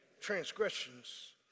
Transgressions